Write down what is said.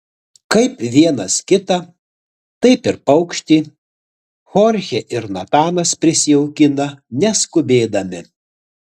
kaip vienas kitą taip ir paukštį chorchė ir natanas prisijaukina neskubėdami